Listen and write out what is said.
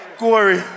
Corey